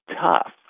tough